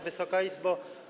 Wysoka Izbo!